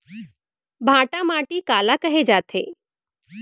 भांटा माटी काला कहे जाथे?